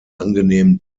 angenehmen